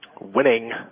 Winning